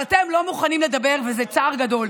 אבל אתם לא מוכנים לדבר, וזה צער גדול.